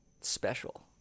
Special